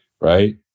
right